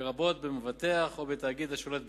לרבות במבטח, או בתאגיד השולט בהם.